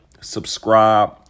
subscribe